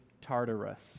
Tartarus